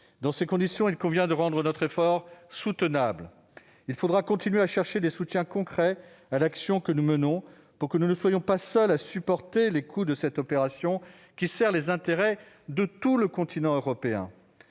Dans ces conditions, il convient de rendre notre effort soutenable. Il faudra continuer à chercher des soutiens concrets à l'action que nous menons, pour que nous ne soyons pas seuls à supporter les coûts de cette opération, qui sert les intérêts de tout le continent européen.